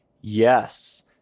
Yes